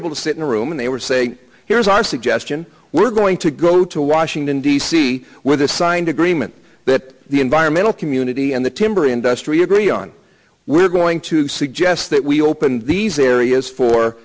able to sit in a room and they were saying here's our suggestion we're going to go to washington d c with a signed agreement that the environmental community and the timber industry agree on we're going to suggest that we open these areas for